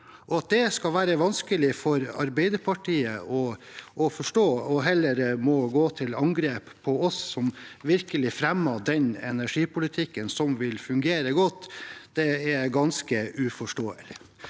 dag. At det skal være vanskelig for Arbeiderpartiet å forstå, og at de heller går til angrep på oss som virkelig fremmer den energipolitikken som vil fungere godt, er ganske uforståelig.